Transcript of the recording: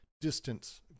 distance